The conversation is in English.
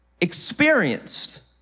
experienced